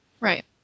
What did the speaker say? Right